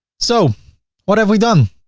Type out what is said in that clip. so what have we done?